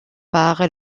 par